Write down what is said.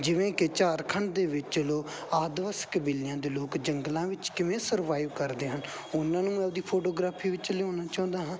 ਜਿਵੇਂ ਕਿ ਝਾਰਖੰਡ ਦੇ ਵਿੱਚ ਲੋਕ ਆਦੀਵਾਸੀ ਕਬੀਲਿਆਂ ਦੇ ਲੋਕ ਜੰਗਲਾਂ ਵਿੱਚ ਕਿਵੇਂ ਸਰਵਾਈਵ ਕਰਦੇ ਹਨ ਉਹਨਾਂ ਨੂੰ ਆਪਦੀ ਫੋਟੋਗ੍ਰਾਫੀ ਵਿੱਚ ਲਿਆਉਣਾ ਚਾਹੁੰਦਾ ਹਾਂ